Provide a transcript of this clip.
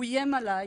הוא איים עליי